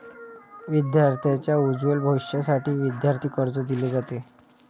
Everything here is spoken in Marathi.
विद्यार्थांच्या उज्ज्वल भविष्यासाठी विद्यार्थी कर्ज दिले जाते